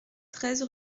treize